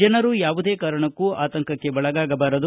ಜನರು ಯಾವುದೇ ಕಾರಣಕ್ಕೂ ಆತಂಕಕ್ಕೆ ಒಳಗಾಗಬಾರದು